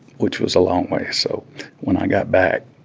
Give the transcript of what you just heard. which was a long way. so when i got back